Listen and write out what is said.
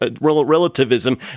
relativism